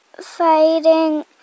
fighting